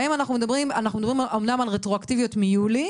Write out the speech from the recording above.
אנחנו מדברים על תשלום לאחור מיולי